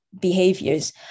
behaviors